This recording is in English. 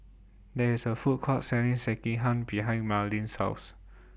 There IS A Food Court Selling Sekihan behind Marlyn's House